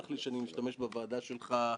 אם יש עוד משהו שיקרה בקדנציה הבאה,